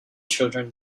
children